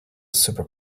super